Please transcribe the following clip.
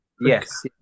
yes